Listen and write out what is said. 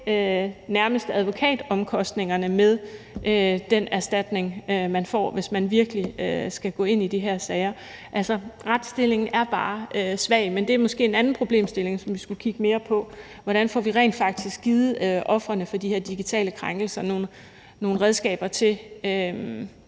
dække advokatomkostningerne med den erstatning, man får, hvis man virkelig skal gå ind i de her sager. Altså, retsstillingen er bare svag. Men det er måske en anden problemstilling, som vi skulle kigge mere på. Hvordan får vi rent faktisk givet ofrene for de her digitale krænkelser nogle redskaber til